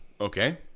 Okay